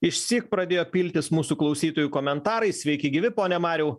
išsyk pradėjo piltis mūsų klausytojų komentarai sveiki gyvi pone mariau